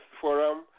forum